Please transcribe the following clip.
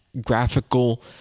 graphical